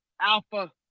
Alpha